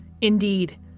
Indeed